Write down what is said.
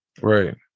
Right